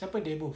siapa they both